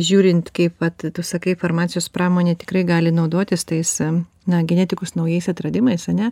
žiūrint kaip vat tu sakai farmacijos pramonė tikrai gali naudotis tais na genetikos naujais atradimais ane